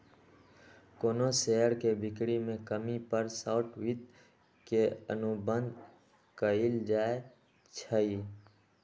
कोनो शेयर के बिक्री में कमी पर शॉर्ट वित्त के अनुबंध कएल जाई छई